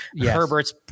Herbert's